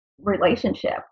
relationship